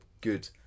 good